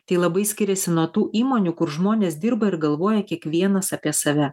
tai labai skiriasi nuo tų įmonių kur žmonės dirba ir galvoja kiekvienas apie save